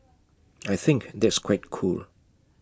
I think that's quite cool